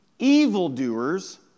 evildoers